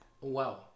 Wow